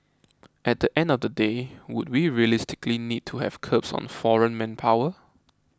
at the end of the day would we realistically need to have curbs on foreign manpower